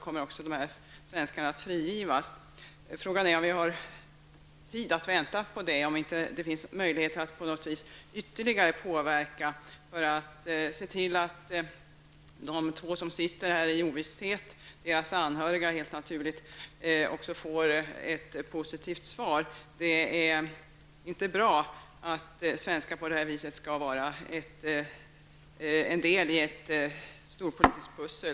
Frågan är: Har vi tid att vänta? Finns det ingen ytterligare möjlighet att kunna påverka för att se till att de här två som sitter i ovisshet -- och deras anhöriga naturligtvis -- får ett positivt svar? Det är inte bra att svenskar på det här viset skall vara en del i ett storpolitiskt pussel.